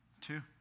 Two